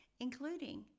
including